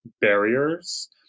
barriers